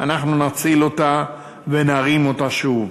אנחנו נציל אותה ונרים אותה שוב.